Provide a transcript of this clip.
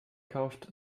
kauft